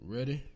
Ready